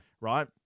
Right